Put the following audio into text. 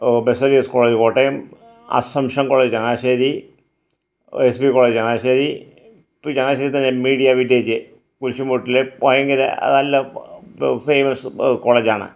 Baselios college Kottayam Assumption college Changanassery S B college Changanassery പിന്നെ ചങ്ങനാശ്ശേരി തന്നെ media വിടിജെ കുരുശുംമൂട്ടിൽ ഭയങ്കര നല്ല ഫേമസ് കോളേജാണ്